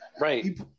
Right